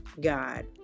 God